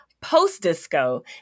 post-disco